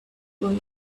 boy